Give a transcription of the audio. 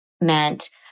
meant